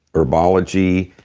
herbology,